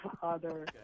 father